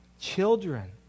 children